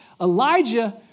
Elijah